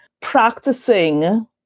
practicing